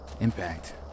Impact